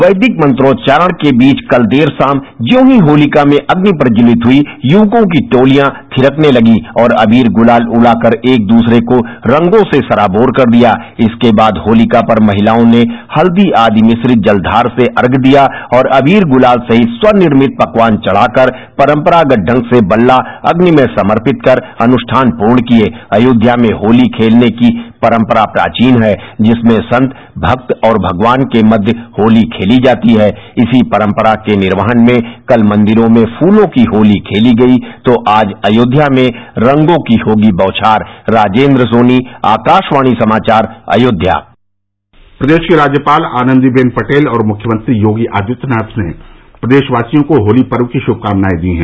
वैदिक मंत्रोच्चारण के बीच कल देर शाम ज्यों ही होलिका में अग्नि प्रज्जवलित हुई युवकों की टोलियाँ धिरकने लगीं और अबीर गुलाल उड़ा कर एक दुसरे को रंगों से सराबोर कर दिया द्व इसके बाद होलिका पर महिलायों ने हल्दी आदि मिश्रित जलघार से अर्ष रिया और अबीर गुलाल सहित स्व निर्मित पकवान वद्वाकर परम्परागत ढंग से बल्ला अभ्नि में समर्पित किया च अयोध्या में होती खेतने की परंपरा प्राचीन है य जिसमें संत्रक्त और भगवान के मध्य होती खेती जाती है य इसी परंपरा के निर्वहन में कल मॉदेरों में फूलों की होती खेली गई और आज ज्यों ज्यों आसमान में सूरज की तपिस बढेगीअयोध्या की सड़कों और मंदिरों में रंगों की होगी बौछार राजेंद्र सोनी आकाशवाणी समाचार अयोध्या प्रदेश की राज्यपाल आनन्दीबेन पटेल और मुख्यमंत्री योगी आदित्यनाथ ने प्रदेशवासियों को होली पर्व की श्मकामनाएं दी हैं